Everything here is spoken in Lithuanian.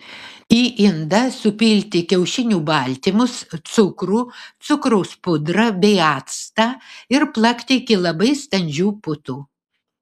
į indą supilti kiaušinių baltymus cukrų cukraus pudrą bei actą ir plakti iki labai standžių putų